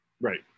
Right